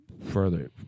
further